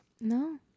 No